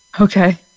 Okay